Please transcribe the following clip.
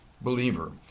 believer